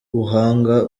buhanga